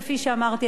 כפי שאמרתי,